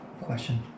question